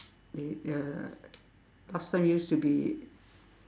they uh last time used to be